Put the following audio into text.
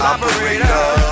Operator